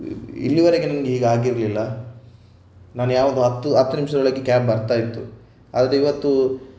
ಇಲ್ಲಿಯವರೆಗೆ ನನಗೆ ಹೀಗಾಗಿರಲಿಲ್ಲ ನಾನು ಯಾವಾಗಲೂ ಹತ್ತು ಹತ್ತು ನಿಮಿಷದೊಳಗೆ ಕ್ಯಾಬ್ ಬರ್ತಾ ಇತ್ತು ಆದರಿವತ್ತು